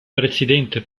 presidente